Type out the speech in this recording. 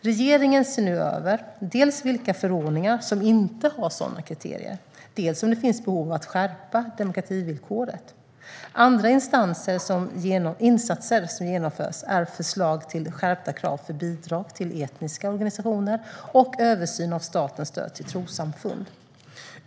Regeringen ser nu över dels vilka förordningar som inte har sådana kriterier, dels om det finns behov av att skärpa demokrativillkoret. Andra insatser är förslag till skärpta krav för bidrag till etniska organisationer och översyn av statens stöd till trossamfund.